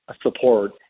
support